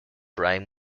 rhyme